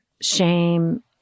shame